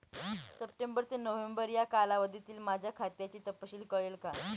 September ते November या कालावधीतील माझ्या खात्याचा तपशील कळेल का?